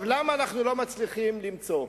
למה אנחנו לא מצליחים למצוא?